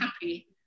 happy